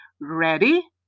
Ready